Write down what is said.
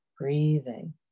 breathing